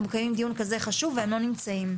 מקיימים דיון כזה חשוב והם לא נמצאים.